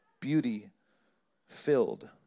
beauty-filled